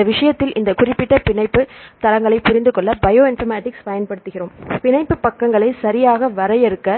இந்த விஷயத்தில் இந்த குறிப்பிட்ட பிணைப்பு தளங்களை புரிந்து கொள்ள பயோ இன்ஃபர்மேட்டிக்ஸ் பயன்படுத்துகிறோம் பிணைப்பு பக்கங்களை சரியாக வரையறுக்க